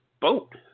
boat